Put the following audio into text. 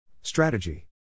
Strategy